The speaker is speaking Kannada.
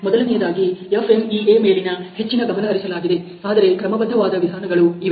ಮೊದಲನೆಯದಾಗಿ FMEA ಮೇಲೆ ಹೆಚ್ಚಿನ ಗಮನಹರಿಸಲಾಗಿದೆ ಆದರೆ ಕ್ರಮಬದ್ಧವಾದ ವಿಧಾನಗಳು ಇವೆ